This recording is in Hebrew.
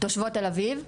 תושבות תל אביב.